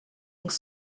les